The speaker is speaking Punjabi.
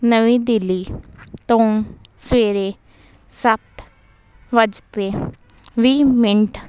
ਨਵੀਂ ਦਿੱਲੀ ਤੋਂ ਸਵੇਰੇ ਸੱਤ ਵਜ ਕੇ ਵੀਹ ਮਿੰਟ